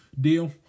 deal